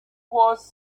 was